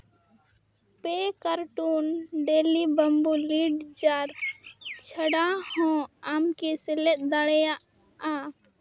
ᱯᱮ ᱠᱟᱨᱴᱩᱱ ᱰᱮᱞᱤ ᱵᱟᱢᱵᱩ ᱪᱷᱟᱰᱟ ᱦᱚᱸ ᱟᱢ ᱠᱤ ᱥᱮᱞᱮᱫ ᱫᱟᱲᱮᱭᱟᱜᱼᱟ